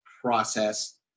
process